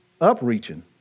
upreaching